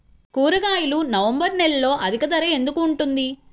కూరగాయలు నవంబర్ నెలలో అధిక ధర ఎందుకు ఉంటుంది?